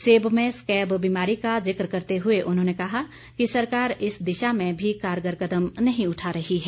सेब में स्कैब बीमारी का जिक्र करते हुए उन्होंने कहा कि सरकार इस दिशा में भी कारगर कदम नहीं उठा रही है